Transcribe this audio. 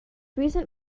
recent